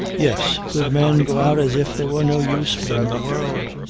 yes. good men go out as if there was no use for them in the world.